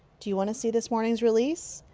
do you want to see this morning's release?